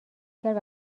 کرد